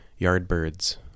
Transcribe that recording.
Yardbirds